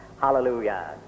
Hallelujah